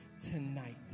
tonight